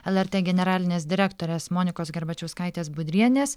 lrt generalinės direktorės monikos garbačiauskaitės budrienės